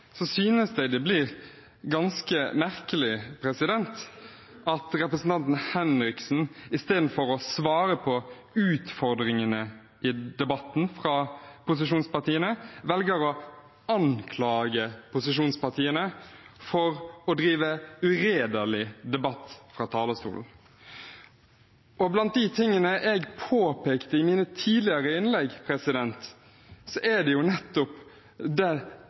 synes jeg det blir ganske merkelig at representanten Henriksen, istedenfor å svare på utfordringene i debatten fra posisjonspartiene, velger å anklage posisjonspartiene for å drive uredelig debatt fra talerstolen. Blant de tingene jeg påpekte i mine tidligere innlegg, er det noe litt kunstige med at opposisjonen sier at meldingen er